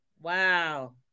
Wow